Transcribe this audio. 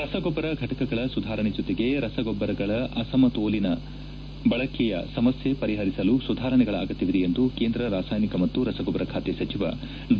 ರಸಗೊಬ್ಬರ ಘಟಕಗಳ ಸುಧಾರಣೆ ಜೊತೆಗೆ ರಸಗೊಬ್ಬರಗಳ ಅಸಮತೋಲಿತ ಬಳಕೆಯ ಸಮಸ್ಥೆ ಪರಿಹರಿಸಲು ಸುಧಾರಣೆಗಳ ಅಗತ್ನವಿದೆ ಎಂದು ಕೇಂದ್ರ ರಾಸಾಯನಿಕ ಮತ್ತು ರಸಗೊಬ್ಬರ ಖಾತೆ ಸಚಿವ ಡಿ